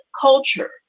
culture